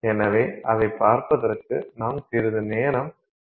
எனவே அதைப் பார்ப்பதற்கு நாம் சிறிது நேரம் செலவிடுவோம்